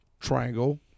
triangle